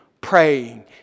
praying